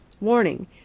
Warning